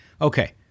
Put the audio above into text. Okay